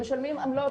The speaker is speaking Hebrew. הם משלמים עמלות,